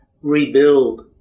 rebuild